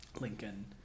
lincoln